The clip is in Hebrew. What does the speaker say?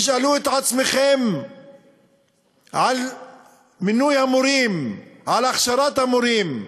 תשאלו את עצמכם על מינוי המורים, על הכשרת המורים.